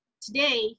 today